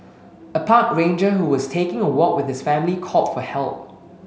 a park ranger who was taking a walk with his family called for help